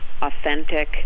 authentic